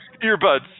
Earbuds